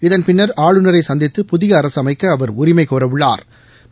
இதன் பின்னா் ஆளுநரை சந்தித்து புதிய அரசு அமைக்க அவா் உரிமை கோரவுள்ளாா்